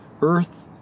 Earth